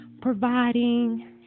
Providing